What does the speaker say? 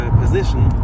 position